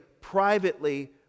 privately